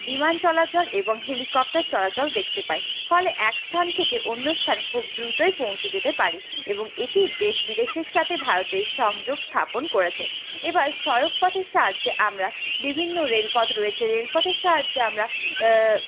বিমান চলাচল এবং হেলিকপ্টার চলাচল দেখতে পাই ফলে এক স্থান থেকে অন্য স্থান খুব দ্রুতই পৌঁছে যেতে পারি এবং এটি দেশ বিদেশের সাথে ভারতের সংযোগ স্থাপন করেছে এবার সড়ক পথের সাহায্যে আমরা বিভিন্ন রেলপথ রয়েছে রেলপথের সাহায্যে আমরা